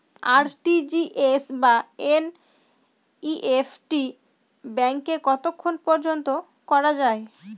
RTGS বা NEFT ব্যাংকে কতক্ষণ পর্যন্ত করা যায়?